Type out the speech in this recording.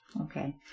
Okay